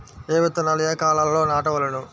ఏ విత్తనాలు ఏ కాలాలలో నాటవలెను?